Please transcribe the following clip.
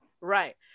right